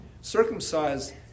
Circumcised